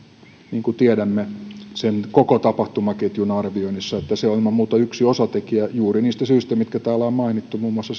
niin kuin tiedämme sen koko tapahtumaketjun arvioinnissa se on ilman muuta yksi osatekijä juuri niistä syistä mitkä täällä on mainittu muun muassa